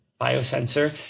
biosensor